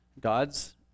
gods